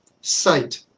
sight